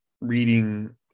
reading